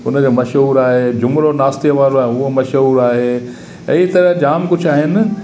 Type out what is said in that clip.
हुनजो मशहूर आहे जुमड़ो नाश्ते वारो आहे उहो मशहूर आहे अहिड़ी तरह जाम कुझु आहिनि